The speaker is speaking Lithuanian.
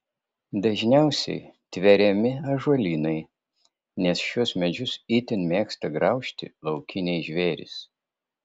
dažniausiai tveriami ąžuolynai nes šiuos medžius itin mėgsta graužti laukiniai žvėrys